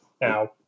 Now